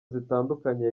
zitandukanye